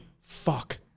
fuck